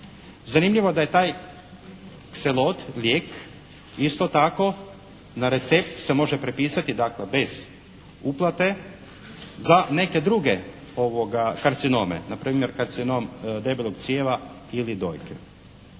Zanimljivo je da je taj "Xelod" lijek, isto tako na recept se može prepisati dakle bez uplate za neke druge karcinome, npr. karcinom debelog crijeva ili dojke.